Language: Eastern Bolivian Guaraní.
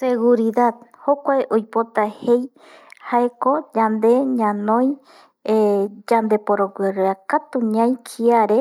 Seguridad jokuae oipota jei jaeko yande yandeporogui rovia katu ñai kiare